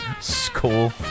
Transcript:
school